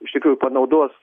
iš tikrųjų panaudos